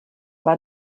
war